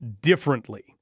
differently